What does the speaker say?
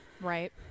Right